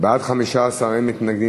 1 18 נתקבלו.